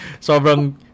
Sobrang